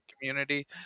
community